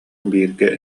бииргэ